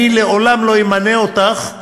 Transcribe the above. אני לעולם לא אמנה אותך לשרה,